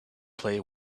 play